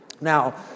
Now